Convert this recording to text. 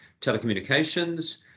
telecommunications